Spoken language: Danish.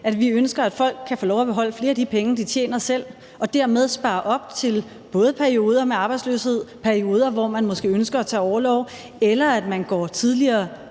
at vi ønsker, at folk kan få lov til at beholde flere af de penge, de tjener selv, og dermed spare op til både perioder med arbejdsløshed og perioder, hvor man måske ønsker at tage orlov, eller også kan det